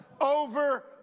over